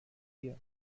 ihr